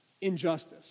injustice